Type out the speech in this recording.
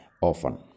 often